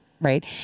right